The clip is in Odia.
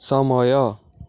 ସମୟ